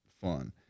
fun